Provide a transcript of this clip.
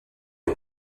est